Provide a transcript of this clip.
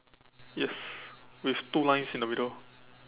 yes with two lines in the middle